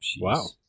Wow